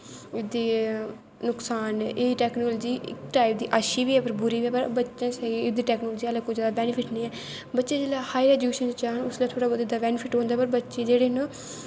एह्दा नुकसान एह् टैकनिकल टाईप दी अच्छी बी ऐ पर बुरी बी ऐ पर बट्टैं आस्तै टैक्निकल दा चीजें दा बैनिफिट नी ऐ बच्चे जिसलै हायर ऐजुकेशन च जान उसलै एह्दा बैनिफिट होंदा ऐ पर